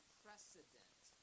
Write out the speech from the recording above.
precedent